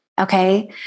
Okay